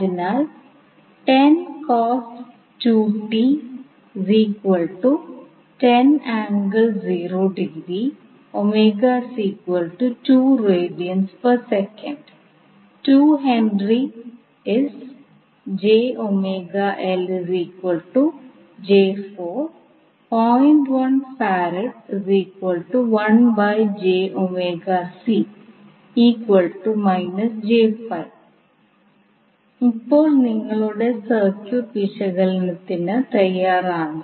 അതിനാൽ ഇപ്പോൾ നിങ്ങളുടെ സർക്യൂട്ട് വിശകലനത്തിന് തയ്യാറാണ്